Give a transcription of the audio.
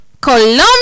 Colombia